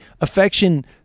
affection